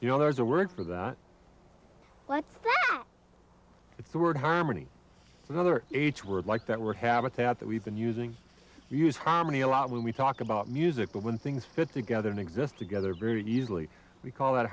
you know there's a word for that like it's the word harmony another each word like that word habitat that we've been using use harmony a lot when we talk about music but when things fit together and exist together very easily we call that